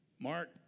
Mark